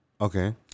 Okay